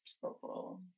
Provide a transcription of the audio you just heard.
football